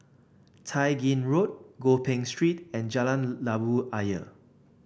Tai Gin Road Gopeng Street and Jalan Labu Ayer